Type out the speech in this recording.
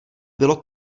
bylo